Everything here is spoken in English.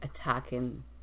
attacking